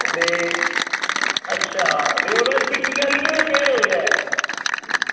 ते अच्छा ते ओह्दा टिक्की आह्लियें दा केह् रेट ऐ